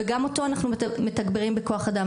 וגם אותו אנחנו מתגברים בכוח אדם.